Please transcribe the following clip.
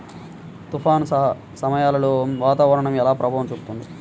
తుఫాను సమయాలలో వాతావరణం ఎలా ప్రభావం చూపుతుంది?